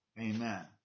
Amen